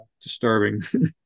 disturbing